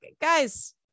guys